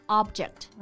object